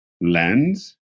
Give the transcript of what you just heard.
lens